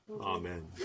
Amen